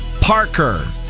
Parker